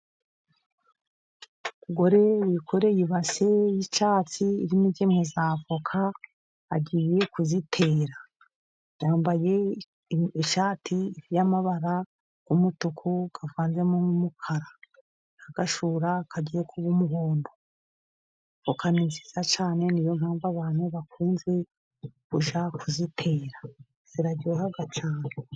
Umugore wikoreye ibasi y'icyatsi, irimo ingemwe z'avoka agiye kuzitera. yambaye ishati y'amabara y'umutuku avanzemo umukara, agashura kagiye kuba umuhondo. Avoka ni nziza cyane, niyo mpamvu abantu bakunze kujya kuzitera ziraryoha cyane.